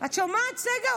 את שומעת, צגה?